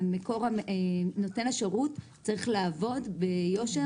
נותן השירות צריך לעבוד ביושר,